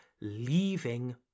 leaving